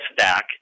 stack